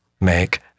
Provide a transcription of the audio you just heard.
make